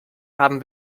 haben